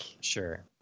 sure